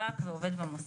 עובד בשב"כ ועובד במוסד.